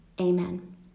amen